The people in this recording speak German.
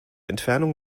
entfernung